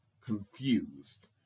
confused